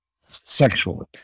Sexually